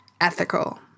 ethical